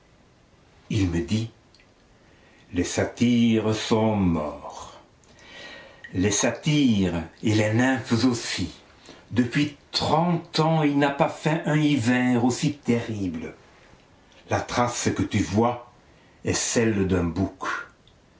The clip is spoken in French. il me dit les satyres sont morts les satyres et les nymphes aussi depuis trente ans il n'a pas fait un hiver aussi terrible la trace que tu vois est celle d'un bouc